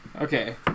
Okay